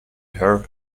her